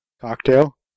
Cocktail